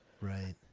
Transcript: Right